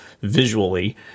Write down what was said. visually